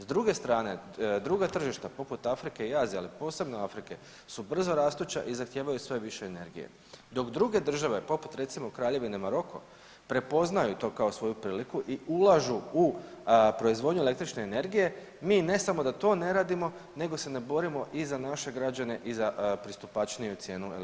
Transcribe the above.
S druge strane druga tržišta poput Afrike i Azije, a posebno Afrike su brzorastuća i zahtijevaju sve više energije dok druge države poput recimo Kraljevine Maroko prepoznaju to kao svoju priliku i ulažu u proizvodnju električne energije, mi ne samo da to ne radimo nego se ne borimo i za naše građane i za pristupačniju cijenu električne energije.